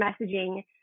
messaging